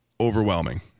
overwhelming